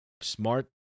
smart